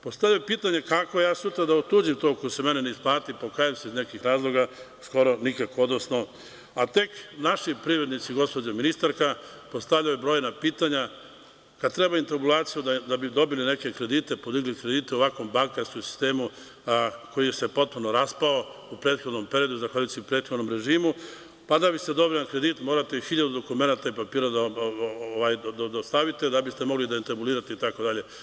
Postoji pitanje kako ja sutra da otuđim to ako se meni ne isplati, pokajem se iz nekih razloga, skoro nikako, a tek naši privrednici, gospođo ministarka postavljaju brojna pitanja kada treba intabulacija da bi dobili neke kredite, podili kredite u ovakvom bankarskom sistemu koji se potpuno raspao u prethodnom periodu zahvaljujući prethodnom režimu, pa da bi se dobio kredit morate hiljadu dokumenata i papira da dostavite da bi ste mogli da intabulirate, itd.